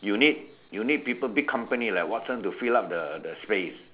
you need you need people big company like Watsons to fill up the space